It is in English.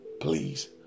please